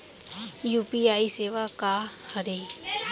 UPI सेवा का हरे?